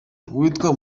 uwitwa